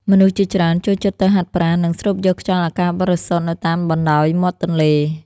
មនុស្សជាច្រើនចូលចិត្តទៅហាត់ប្រាណ និងស្រូបយកខ្យល់អាកាសបរិសុទ្ធនៅតាមបណ្តោយមាត់ទន្លេ។